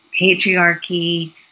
patriarchy